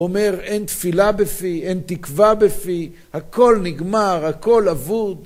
אומר אין תפילה בפי, אין תקווה בפי, הכול נגמר, הכול אבוד.